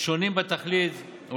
שונים בתכלית זה מזה.